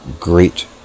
great